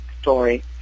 story